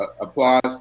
Applause